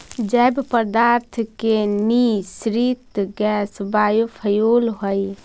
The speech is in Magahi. जैव पदार्थ के निःसृत गैस बायोफ्यूल हई